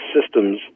systems